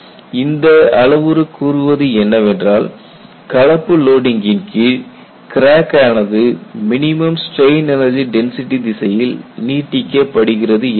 இந்த அளவுரு கூறுவது என்னவென்றால் கலப்பு லோடிங்கின் கீழ் கிராக் ஆனது மினிமம் ஸ்டிரெயின் எனர்ஜி டென்சிட்டி திசையில் நீட்டிக்கப்படுகிறது என்பதாகும்